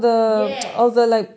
yes